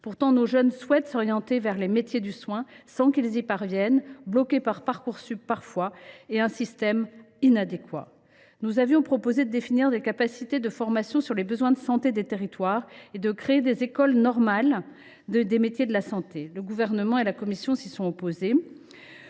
besoin. Nos jeunes souhaitent s’orienter vers les métiers du soin, sans y parvenir, bloqués par Parcoursup et un système inadéquat. Nous avions proposé de définir les capacités de formation en nous fondant sur les besoins de santé des territoires et de créer des écoles normales des métiers de la santé. Le Gouvernement et la commission s’y sont opposés.